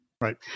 Right